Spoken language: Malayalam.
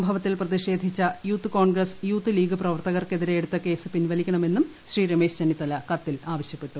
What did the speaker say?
സംഭവത്തിൽ പ്രതിഷേധിച്ച യൂത്ത് കോൺഗ്രസ് യൂത്ത് ലീഗ് പ്രവർത്തകർക്ക് എതിരെ എടുത്ത കേസ് പിൻവലിക്കണമെന്നും ശ്രീ രമേശ് ചെന്നിത്തല കത്തിൽ ആവശ്യപ്പെട്ടു